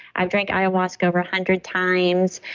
i've drank ayahuasca over a hundred times.